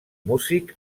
músic